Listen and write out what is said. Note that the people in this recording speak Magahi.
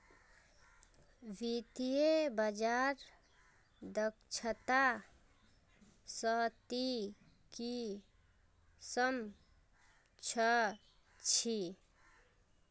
वित्तीय बाजार दक्षता स ती की सम झ छि